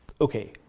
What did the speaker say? okay